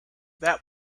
that